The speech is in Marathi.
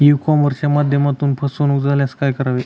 ई कॉमर्सच्या माध्यमातून फसवणूक झाल्यास काय करावे?